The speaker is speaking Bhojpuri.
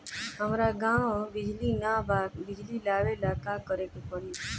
हमरा गॉव बिजली न बा बिजली लाबे ला का करे के पड़ी?